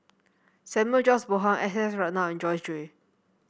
Samuel George Bonham S S Ratnam Joyce Jue